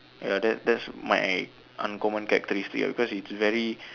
ya that that's my uncommon characteristic ah because it's very